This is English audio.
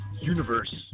universe